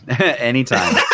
Anytime